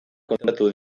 kontatu